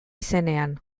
izenean